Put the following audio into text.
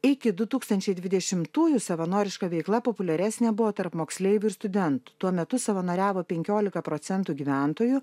iki du tūkstančiai dvidešimtųjų savanoriška veikla populiaresnė buvo tarp moksleivių ir student tuo metu savanoriavo penkiolika procentų gyventojų